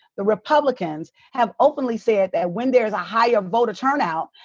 the republicans have openly said that when there's a higher voter turnout,